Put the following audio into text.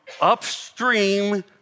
upstream